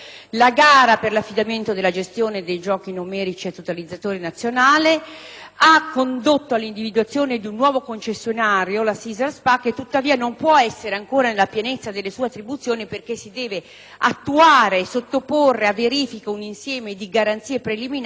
ha condotto all'individuazione di un nuovo concessionario (SISAL S.p.A.) che, tuttavia, non può essere ancora nella pienezza delle sue attribuzioni, perché si deve attuare e sottoporre a verifica un insieme di attività preliminari che garantiscano l'idoneità della nuova organizzazione e della nuova rete distributiva,